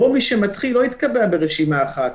שמי שמתחיל לא יתקבע ברשימה אחת.